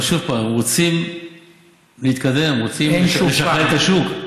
אבל, שוב פעם, רוצים להתקדם, רוצים לשפר את השוק,